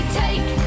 take